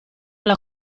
alla